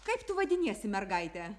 kaip tu vadiniesi mergaite